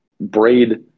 braid